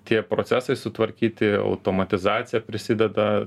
tie procesai sutvarkyti automatizacija prisideda